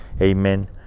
Amen